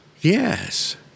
Yes